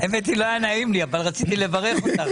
האמת היא, לא היה נעים לי, אבל רציתי לברך אותך